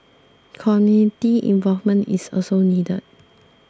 community involvement is also needed